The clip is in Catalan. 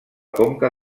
conca